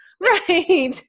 right